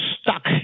stuck